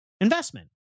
Investment